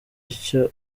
icyo